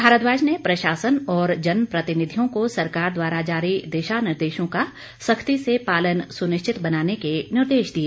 भारद्वाज ने प्रशासन और जन प्रतिनिधियों को सरकार द्वारा जारी दिशा निर्देशों का सख्ती से पालन सुनिश्चित बनाने के निर्देश दिए